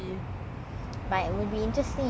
never lah that's why they made into a movie